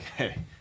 Okay